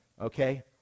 Okay